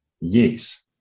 Yes